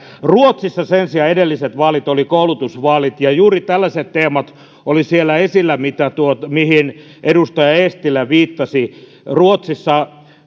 ruotsissa sen sijaan edelliset vaalit olivat koulutusvaalit ja juuri tällaiset teemat olivat siellä esillä mihin edustaja eestilä viittasi ruotsissa